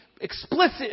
explicit